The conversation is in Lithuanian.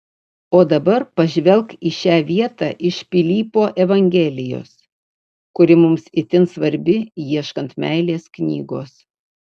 o dabar pažvelk į šią vietą iš pilypo evangelijos kuri mums itin svarbi ieškant meilės knygos